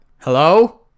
Hello